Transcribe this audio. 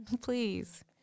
please